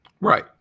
Right